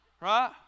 right